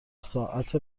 ساعت